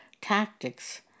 tactics